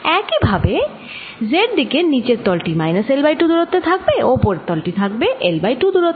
একই ভাবে z দিকে নিচের তল টি মাইনাস L বাই 2 দূরত্বে থাকবে ও ওপরের তল টি থাকবে L বাই 2 দূরত্বে